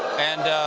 and